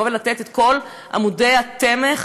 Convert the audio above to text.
לבוא ולתת את כל עמודי התמך